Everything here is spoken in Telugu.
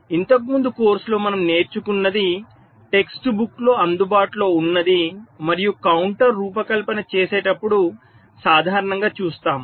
ఇంతకుముందు కోర్సులో మనం నేర్చుకున్నది టెక్స్ట్ బుక్ లో అందుబాటులో ఉన్నది మనము కౌంటర్ రూపకల్పన చేసేటప్పుడు సాధారణంగా చూస్తాం